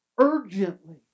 Urgently